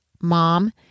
Mom